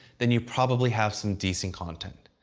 then you probably have some decent content.